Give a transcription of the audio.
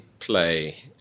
play